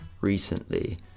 recently